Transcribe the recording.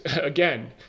again